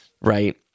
right